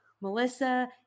Melissa